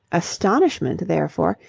astonishment, therefore,